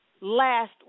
last